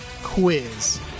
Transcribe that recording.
Quiz